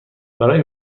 برای